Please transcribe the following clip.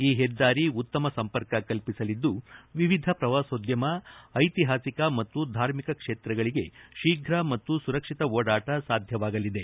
ಈ ಹೆದ್ದಾರಿ ಉತ್ತಮ ಸಂಪರ್ಕ ಕಲ್ಪಿಸಲಿದ್ದು ವಿವಿಧ ಪ್ರವಾಸೋದ್ಯಮ ಐತಿಹಾಸಿಕ ಮತ್ತು ಧಾರ್ಮಿಕ ಕ್ಷೇತ್ರಗಳಿಗೆ ಶೀಘ ಮತ್ತು ಸುರಕ್ಷಿತ ಓಡಾಟ ಸಾಧ್ಯವಾಗಲಿದೆ